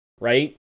right